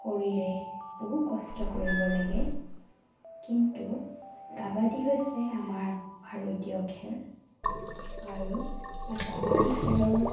শৰীৰে বহু কষ্ট কৰিব লাগে কিন্তু কাবাডী হৈছে আমাৰ ভাৰতীয় খেল আৰু এই কাবাডী খেলৰ